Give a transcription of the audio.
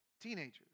teenagers